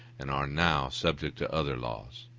and are now subject to other laws.